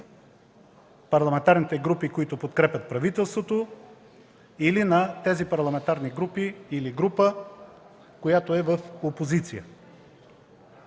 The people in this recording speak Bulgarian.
парламентарните групи, които подкрепят правителството, или на тези парламентарни групи или група, която е в опозиция.